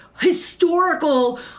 historical